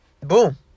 boom